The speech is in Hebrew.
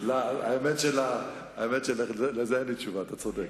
האמת שעל זה אין לי תשובה, אתה צודק.